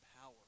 power